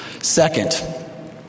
Second